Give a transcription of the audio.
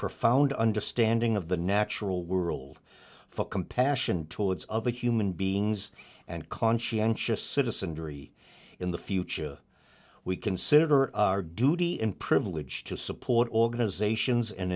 profound understanding of the natural world for compassion towards other human beings and conscientious citizen dri in the future we consider our duty and privilege to support organizations and